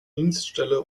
dienststelle